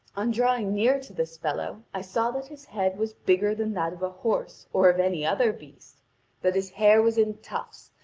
on drawing near to this fellow, i saw that his head was bigger than that of a horse or of any other beast that his hair was in tufts,